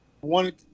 wanted